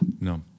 No